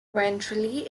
ventrally